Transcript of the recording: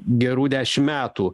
gerų dešim metų